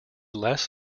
less